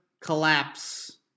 collapse